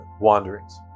wanderings